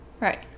right